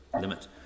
limit